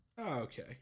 okay